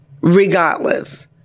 regardless